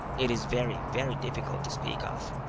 it is very, very difficult to speak of.